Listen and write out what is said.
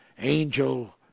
angel